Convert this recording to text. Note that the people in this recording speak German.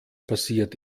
passiert